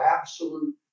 absolute